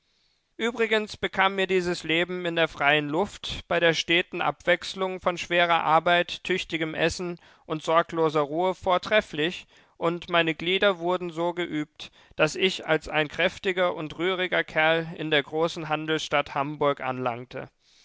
übrigens bekam mir dies leben in der freien luft bei der steten abwechslung von schwerer arbeit tüchtigem essen und sorgloser ruhe vortrefflich und meine glieder wurden so geübt daß ich als ein kräftiger und rühriger kerl in der großen handelsstadt hamburg anlangte